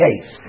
case